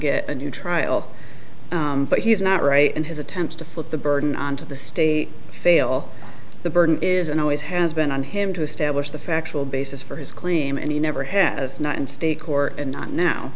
get a new trial but he's not right and his attempts to put the burden on to the state fail the burden is and always has been on him to establish the factual basis for his clean and he never has not in state court and not now